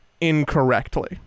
incorrectly